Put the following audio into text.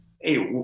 hey